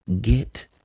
get